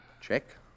Check